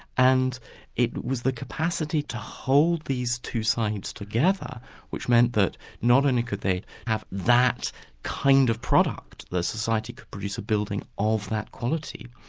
and it was the capacity to hold these two sides together which meant that not only could they have that kind of product, the society could produce a building of that quality,